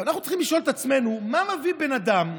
אנחנו צריכים לשאול את עצמנו מה מביא בן אדם,